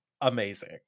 amazing